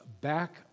back